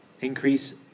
Increase